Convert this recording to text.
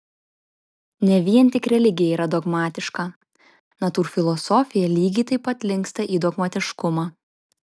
ne vien tik religija yra dogmatiška natūrfilosofija lygiai taip pat linksta į dogmatiškumą